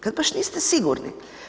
Kad baš niste sigurni.